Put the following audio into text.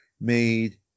made